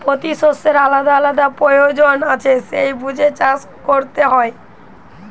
পোতি শষ্যের আলাদা আলাদা পয়োজন আছে সেই বুঝে চাষ কোরতে হয়